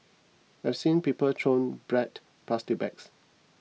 I've seen people throw bread plastic bags